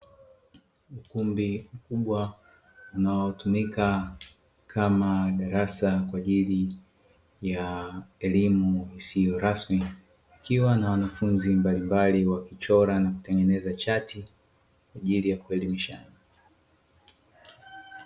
Ukumbi mkubwa unaotumika kama darasa kwa ajili ya elimu isiyo rasmi likiwa na wanafunzi mbalimbali wa wakichora na kutengeneza chati kwa ajili ya kuelimisha.